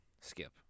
skip